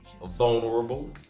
vulnerable